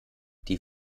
die